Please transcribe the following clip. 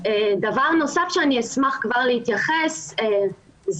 דבר נוסף שאני אשמח כבר להתייחס אליו,